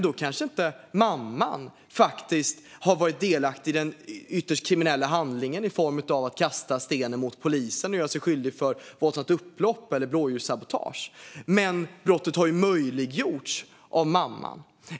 Då kanske inte mamman har varit faktiskt delaktig i den ytterst kriminella handlingen att kasta stenen mot polisen och göra sig skyldig till våldsamt upplopp eller blåljussabotage. Men brottet har ju möjliggjorts av mamman.